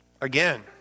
Again